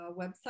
website